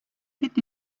did